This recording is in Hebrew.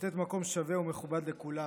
לתת מקום שווה ומכובד לכולם,